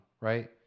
right